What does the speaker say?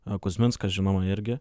a kuzminskas žinoma irgi